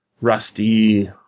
rusty